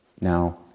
Now